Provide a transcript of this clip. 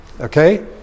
okay